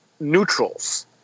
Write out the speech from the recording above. neutrals